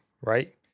right